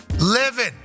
living